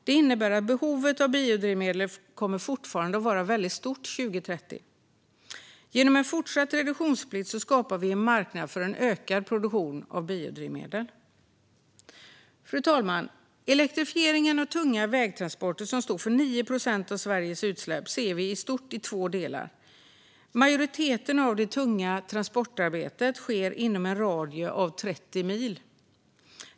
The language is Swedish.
Det innebär att behovet av biodrivmedel fortfarande kommer att vara stort 2030. Genom fortsatt reduktionsplikt skapar vi en marknad för ökad produktion av biodrivmedel. Fru talman! Elektrifieringen av tunga vägtransporter, som står för 9 procent av Sveriges utsläpp, ser vi i stort i två delar. Majoriteten av det tunga transportarbetet sker inom en radie av 30 mil.